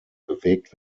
bewegt